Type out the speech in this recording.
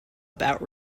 about